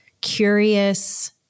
curious